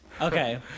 Okay